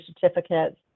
certificates